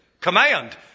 command